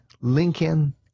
Lincoln